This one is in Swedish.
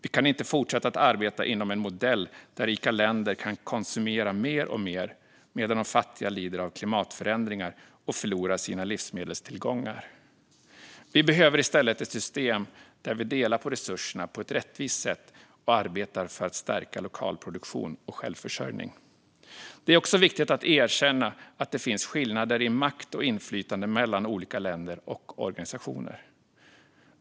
Vi kan inte fortsätta att arbeta inom en modell där rika länder kan konsumera mer och mer, medan de fattiga lider av klimatförändringar och förlorar sina livsmedelstillgångar. Vi behöver i stället ett system där vi delar på resurserna på ett rättvist sätt och arbetar för att stärka lokal produktion och självförsörjning. Det är också viktigt att erkänna att det finns skillnader i makt och inflytande mellan olika länder och organisationer.